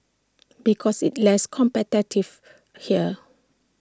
because it's less competitive here